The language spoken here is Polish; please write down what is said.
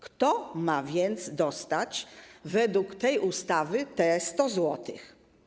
Kto ma więc dostać według tej ustawy te 100 zł?